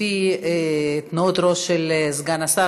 לפי תנועות הראש של סגן השר,